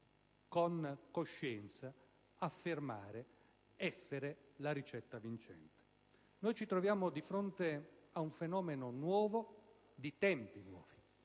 con coscienza, affermare essere la ricetta vincente. Ci troviamo di fronte ad un fenomeno nuovo legato a tempi nuovi.